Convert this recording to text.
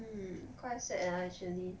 mm quite sad ah actually